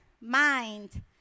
mind